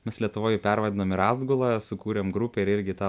mes lietuvoj jį pervadinom į rąstgulą sukūrėm grupę ir irgi tą